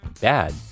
bad